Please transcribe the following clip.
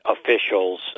officials